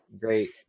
great